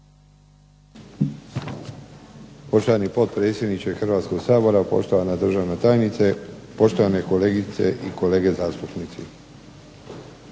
Poštovani potpredsjedniče Hrvatskog sabora, poštovana državna tajnice, poštovane kolegice i kolege zastupnici.